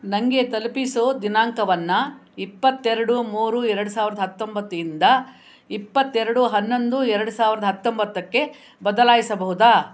ನನಗೆ ತಲುಪಿಸೋ ದಿನಾಂಕವನ್ನು ಇಪ್ಪತ್ತೆರಡು ಮೂರು ಎರ್ಡು ಸಾವ್ರ್ದ ಹತ್ತೊಂಬತ್ತು ಇಂದ ಇಪ್ಪತ್ತೆರಡು ಹನ್ನೊಂದು ಎರ್ಡು ಸಾವ್ರ್ದ ಹತ್ತೊಂಬತ್ತಕ್ಕೆ ಬದಲಾಯಿಸಬಹುದಾ